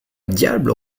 diable